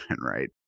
right